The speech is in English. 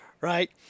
right